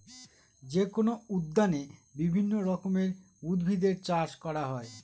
যেকোনো উদ্যানে বিভিন্ন রকমের উদ্ভিদের চাষ করা হয়